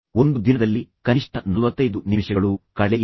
ಒಂದು ದಿನದಲ್ಲಿ ಕನಿಷ್ಠ ನಲ್ವತ್ತೈದು ನಿಮಿಷಗಳು ಕಳೆಯಿರಿ